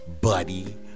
buddy